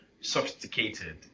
sophisticated